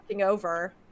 over